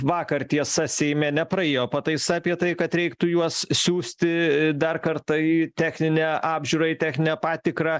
vakar tiesa seime nepraėjo pataisa apie tai kad reiktų juos siųsti dar kartą į techninę apžiūrą į techninę patikrą